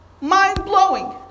Mind-blowing